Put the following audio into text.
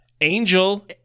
Angel